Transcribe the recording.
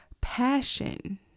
passion